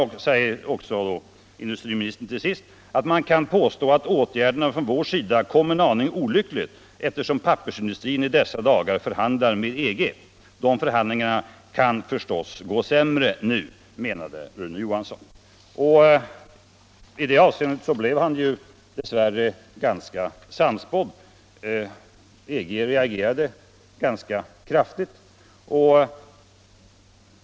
Sedan fortsätter industriministern: ”Man kan påstå att åtgärderna från vår sida kom en aning olyckligt eftersom pappersindustrin i dessa dagar förhandlar med EG. De förhandlingarna kan förstås gå sämre nu”, menade Rune Johansson, I det avseendet blev han dessvärre sannspådd. EG reagerade ganska kraftigt.